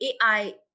AI